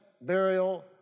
burial